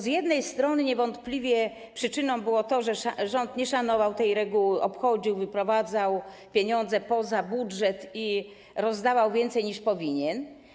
Z jednej strony niewątpliwie przyczyną było to, że rząd nie szanował tej reguły, obchodził ją, wyprowadzał pieniądze poza budżet i rozdawał więcej, niż powinien.